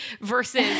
versus